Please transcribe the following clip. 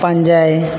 ᱯᱟᱸᱡᱟᱭ